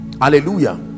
Hallelujah